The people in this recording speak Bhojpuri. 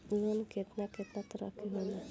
लोन केतना केतना तरह के होला?